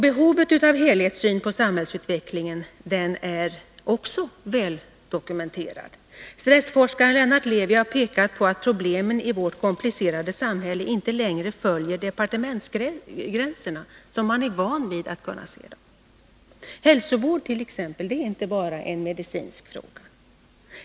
Behovet av helhetssyn på samhällsutvecklingen är också väldokumenterat. Stressforskaren Lennart Levi har pekat på att problemen i vårt komplicerade samhälle inte längre följer departementsgränserna som man är van vid att kunna se dem. Hälsovård till exempel är inte bara en medicinsk fråga.